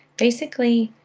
basically,